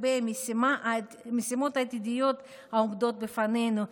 לגבי המשימות העתידיות העומדות בפנינו,